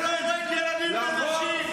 אני אמרתי לחסל טרוריסטים.